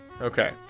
Okay